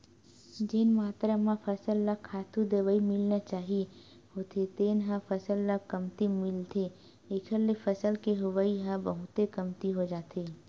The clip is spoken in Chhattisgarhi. जेन मातरा म फसल ल खातू, दवई मिलना चाही होथे तेन ह फसल ल कमती मिलथे एखर ले फसल के होवई ह बहुते कमती हो जाथे